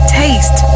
taste